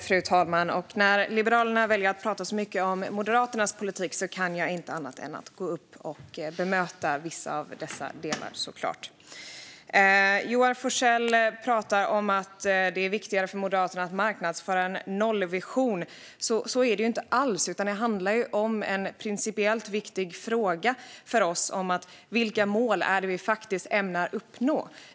Fru talman! När Liberalerna väljer att prata mycket om Moderaternas politik kan jag såklart inte göra annat än att gå upp och bemöta vissa delar. Joar Forssell pratar om att det är viktigare för Moderaterna att marknadsföra en nollvision. Så är det inte alls, utan det handlar om en principiellt viktig fråga för oss: Vilka mål är det vi faktiskt ämnar uppnå?